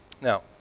Now